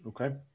Okay